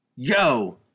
Yo